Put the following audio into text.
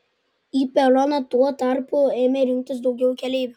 į peroną tuo tarpu ėmė rinktis daugiau keleivių